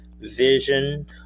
vision